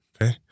okay